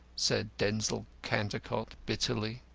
said denzil cantercot, bitterly.